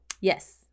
Yes